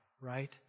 right